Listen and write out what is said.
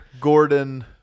Gordon